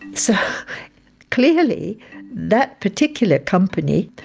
so clearly that particular company